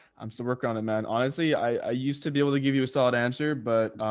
i'm so working on it, man. honestly, i used to be able to give you a solid answer, but,